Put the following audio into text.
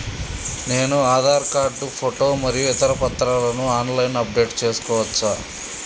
నేను Aadhaar card photo మరియు ఇతర పత్రాలను ఆన్ లైన్ అప్ డెట్ చేసుకోవచ్చా?